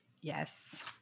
Yes